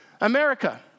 America